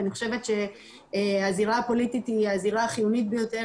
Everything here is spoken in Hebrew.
אני חושבת שהזירה הפוליטית היא הזירה החיונית ביותר,